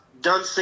done